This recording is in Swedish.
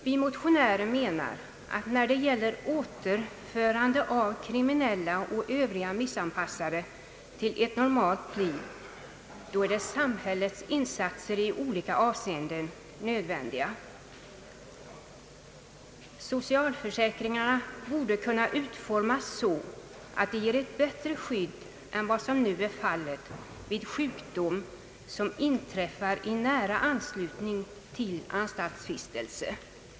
Vi motionärer menar att när det gäller återförande av kriminella och övriga missanpassade till ett normalt liv är samhällsinsatser i olika avseenden nödvändiga. Socialförsäkringarna borde kunna utformas så att de ger ett bättre skydd än vad nu är fallet vid sjukdom som inträffar i nära anslutning till anstaltsvistelse.